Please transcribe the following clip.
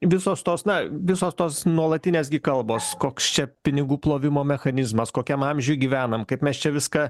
visos tos na visos tos nuolatinės kalbos koks čia pinigų plovimo mechanizmas kokiam amžiuj gyvenam kaip mes čia viską